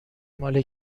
مال